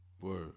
Word